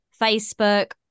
Facebook